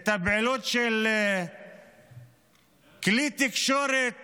את הפעילות של כלי תקשורת